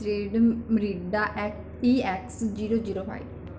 ਤਰੀਡ ਮਰੀਡਾ A E X zero zero five